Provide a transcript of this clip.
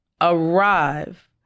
arrive